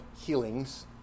healings